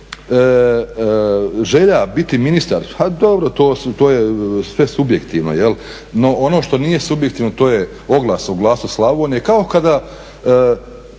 želja biti ministar, dobro to je sve subjektivno, no ono što nije subjektivno to je oglas u "Glasu Slavonije" kao kada